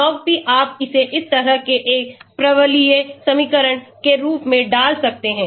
Log p आप इसे इस तरह के एक परवलयिए समीकरण के रूप में डाल सकते हैं